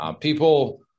People